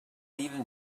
even